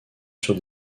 sur